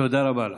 תודה רבה לך.